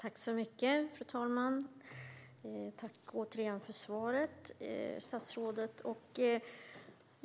Fru talman! Tack återigen för svaret, statsrådet!